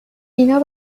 اینها